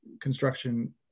construction